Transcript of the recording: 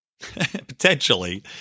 potentially